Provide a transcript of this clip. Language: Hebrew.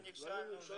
אני חושב שנכשלנו.